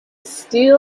steel